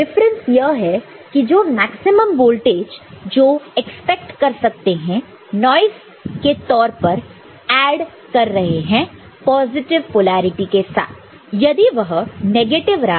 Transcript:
difference यह है कि जो मैक्सिमम वोल्टेज जो एक्सेप्ट कर सकते हैं नॉइस के तौर पर ऐड कर रहे हैं पॉजिटिव पोलैरिटी के साथ यदि वह नेगेटिव रहा